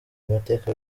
amateka